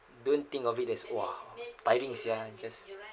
don't think of it as !wah! tiring sia just